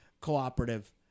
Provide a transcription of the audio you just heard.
cooperative